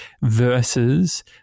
versus